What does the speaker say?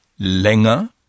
länger